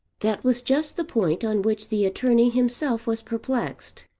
that was just the point on which the attorney himself was perplexed.